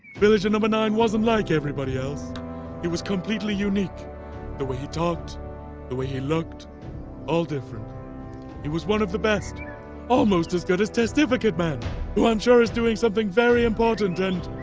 villager and but nine wasn't like everybody else he was completely unique the way he talked the way he looked all different he was one of the best almost as good as testificate man who i'm sure is doing something very important and.